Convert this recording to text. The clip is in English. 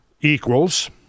Equals